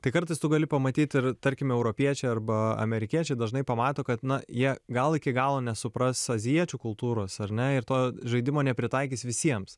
tai kartais tu gali pamatyti ir tarkim europiečiai arba amerikiečiai dažnai pamato kad na jie gal iki galo nesupras azijiečių kultūros ar ne ir to žaidimo nepritaikys visiems